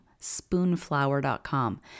Spoonflower.com